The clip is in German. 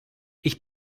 ich